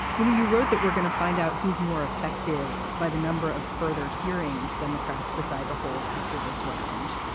you know you wrote that we're going to find out who's more effective by the number of further hearings democrats decide to hold after this round.